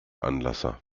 anlasser